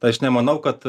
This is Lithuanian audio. tai aš nemanau kad